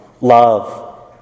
love